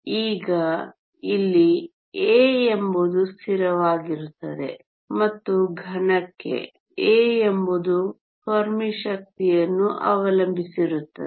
ಈಗ ಇಲ್ಲಿ A ಎಂಬುದು ಸ್ಥಿರವಾಗಿರುತ್ತದೆ ಮತ್ತು ಘನಕ್ಕೆ A ಎಂಬುದು ಫೆರ್ಮಿ ಶಕ್ತಿಯನ್ನು ಅವಲಂಬಿಸಿರುತ್ತದೆ